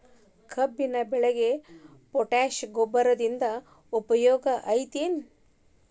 ಕಬ್ಬಿನ ಬೆಳೆಗೆ ಪೋಟ್ಯಾಶ ಗೊಬ್ಬರದಿಂದ ಉಪಯೋಗ ಐತಿ ಏನ್?